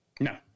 No